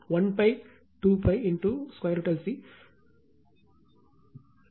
பின்னர் R f012π √L C